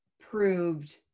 proved